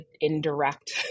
indirect